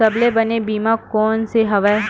सबले बने बीमा कोन से हवय?